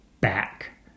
back